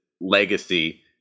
legacy